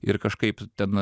ir kažkaip ten